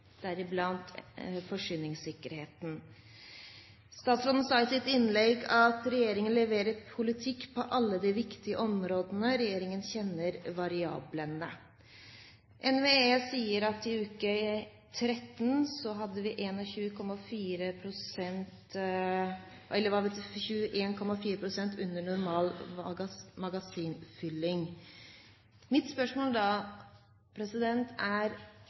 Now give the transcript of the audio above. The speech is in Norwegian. deriblant forsyningssikkerheten. Statsråden sa i sitt innlegg at regjeringen leverer politikk på alle de viktige områdene. Regjeringen kjenner variablene. NVE sier at i uke 13 hadde vi 21,4 pst. under normal magasinfylling. Mitt spørsmål er da: Hvilke nye tiltak har statsråden i ermet som ansvarlig statsråd for forsyningssikkerheten i Norge? Vi kjenner variablene, det er